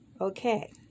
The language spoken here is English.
Okay